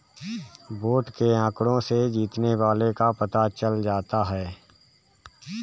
vote के आंकड़ों से जीतने वाले का पता चल जाता है